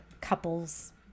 couples